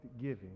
giving